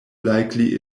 likely